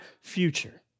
future